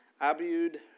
Abud